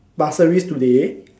Pasir-Ris today